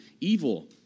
evil